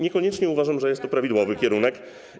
Niekoniecznie uważam, że jest to prawidłowy kierunek.